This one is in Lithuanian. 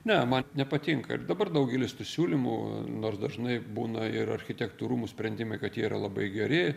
ne man nepatinka ir dabar daugelis tų siūlymų nors dažnai būna ir architektų rūmų sprendimai kad jie yra labai geri